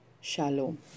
Shalom